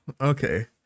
Okay